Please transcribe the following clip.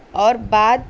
اور بعد